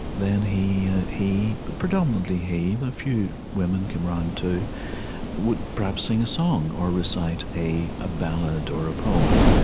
then he he predominately he, but a few women came around, too would perhaps sing a song, or recite a a ballad or a poem.